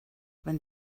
wenn